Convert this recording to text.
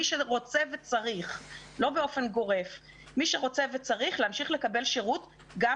מי שרוצה וצריך - לא באופן גורף - גם בחנוכה.